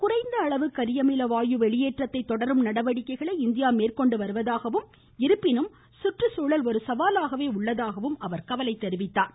குறைந்த அளவு கரியமில வாயு வெளியேற்றத்தை தொடரும் நடவடிக்கைளை இந்தியா மேந்கொண்டு வருவதாகவும் இருப்பினும் சுற்றுச்சூழல் ஒரு சவாலாகவே உள்ளதாகவும் அவர் கவலை தெரிவித்தார்